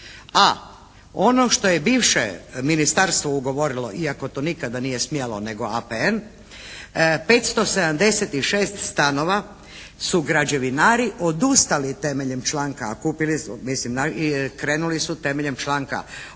A ono što je bivše ministarstvo ugovorilo, iako to nikada nije smjelo, nego APN 576 stanova su građevinari odustali temeljem članka, a kupili su, mislim krenuli